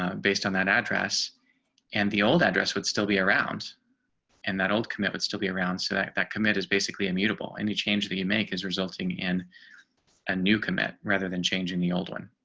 ah based on that address and the old address would still be around and that old commit would still be around so that that commit is basically immutable, and the change that you make is resulting in a new commit rather than changing the old one.